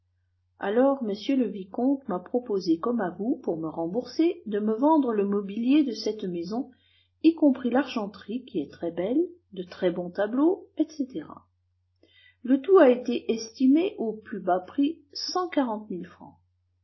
alors m le vicomte m'a proposé comme à vous pour me rembourser de me vendre le mobilier de cette maison y compris l'argenterie qui est très-belle de très bons tableaux etc le tout a été estimé au plus bas prix cent quarante mille francs